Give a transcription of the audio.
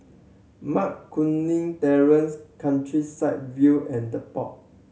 Mac Kuning Terrace Countryside View and The Pod